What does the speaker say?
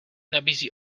nabízí